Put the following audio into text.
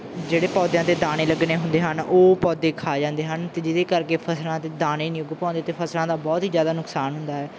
ਜਿਹੜੇ ਪੌਦਿਆਂ ਦੇ ਦਾਣੇ ਲੱਗਣੇ ਹੁੰਦੇ ਹਨ ਉਹ ਪੌਦੇ ਖਾ ਜਾਂਦੇ ਹਨ ਅਤੇ ਜਿਹਦੇ ਕਰਕੇ ਫਸਲਾਂ ਦੇ ਦਾਣੇ ਨਹੀਂ ਉੱਗ ਪਾਉਂਦੇ ਅਤੇ ਫਸਲਾਂ ਦਾ ਬਹੁਤ ਹੀ ਜ਼ਿਆਦਾ ਨੁਕਸਾਨ ਹੁੰਦਾ ਹੈ